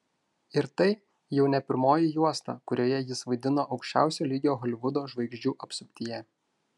ir tai jau ne pirmoji juosta kurioje jis vaidino aukščiausio lygio holivudo žvaigždžių apsuptyje